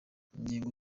ingingo